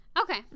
Okay